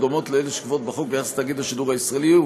דומות לאלה שקבועות בחוק ביחס לתאגיד השידור הישראלי,